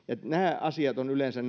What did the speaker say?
nämä asiat ovat yleensä